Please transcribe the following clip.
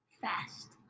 Fast